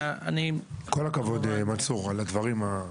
כל הכבוד מנסור על הדברים.